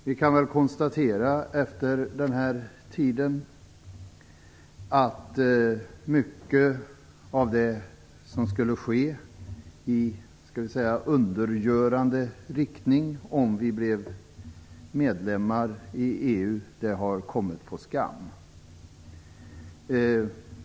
Vi kan efter denna tid konstatera att mycket av det som skulle ske i undergörande riktning om vi blev medlemmar i EU har kommit på skam.